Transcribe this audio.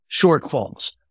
shortfalls